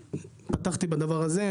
פתחתי בדבר הזה,